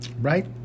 right